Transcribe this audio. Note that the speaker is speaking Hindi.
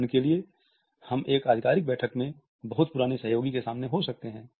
उदाहरण के लिए हम एक आधिकारिक बैठक में बहुत पुराने सहयोगी के सामने हो सकते हैं